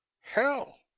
Hell